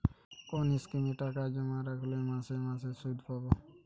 কোন স্কিমে টাকা জমা রাখলে মাসে মাসে সুদ পাব?